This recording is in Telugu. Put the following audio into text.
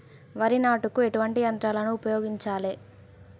వరి నాటుకు ఎటువంటి యంత్రాలను ఉపయోగించాలే?